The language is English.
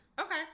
Okay